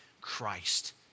Christ